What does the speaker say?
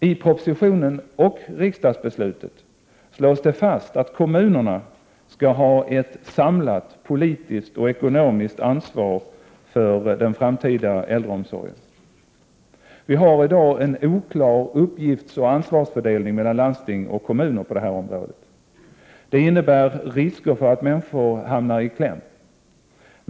I propositionen och i riksdagsbeslutet slås det fast att kommunerna skall ha ett samlat politiskt och ekonomiskt ansvar för den framtida äldreomsorgen. Vi har i dag en oklar uppgiftsoch ansvarsfördelning mellan landsting och kommuner på det här området. Det innebär risker för att människor hamnar i kläm.